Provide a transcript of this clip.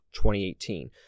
2018